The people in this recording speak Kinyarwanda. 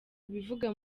ibivugwa